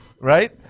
right